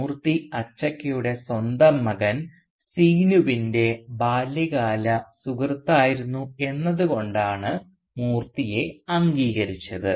മൂർത്തി അച്ചക്കയുടെ സ്വന്തം മകൻ സീനുവിൻറെ ബാല്യകാല സുഹൃത്തായിരുന്നു എന്നത് കൊണ്ടാണ് മൂർത്തിയെ അംഗീകരിച്ചത്